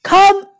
Come